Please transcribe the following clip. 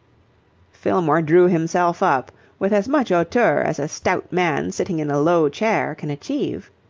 fillmore drew himself up with as much hauteur as a stout man sitting in a low chair can achieve.